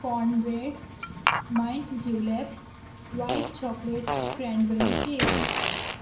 corn bread mint julep white chocolate cranberry cake